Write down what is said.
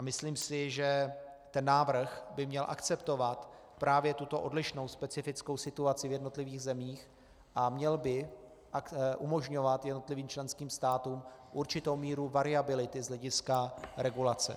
Myslím si, že ten návrh by měl akceptovat právě tuto odlišnou specifickou situaci v jednotlivých zemích a měl by umožňovat jednotlivým členským státům určitou míru variability z hlediska regulace.